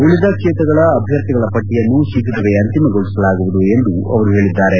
ಉಳಿದ ಕ್ಷೇತ್ರಗಳ ಅಭ್ಯರ್ಥಿ ಪಟ್ಟಿಯನ್ನು ಶೀಘ್ರವೇ ಅಂತಿಮಗೊಳಸಲಾಗುವುದು ಎಂದು ಅವರು ಹೇಳಿದ್ದಾರೆ